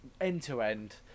end-to-end